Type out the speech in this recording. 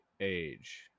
age